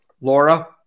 Laura